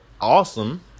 Awesome